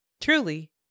Truly